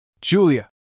Julia